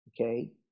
Okay